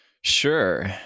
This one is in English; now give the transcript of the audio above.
Sure